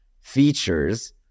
features